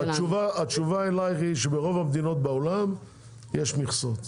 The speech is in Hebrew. התשובה אלייך היא שברוב המדינות בעולם יש מכסות.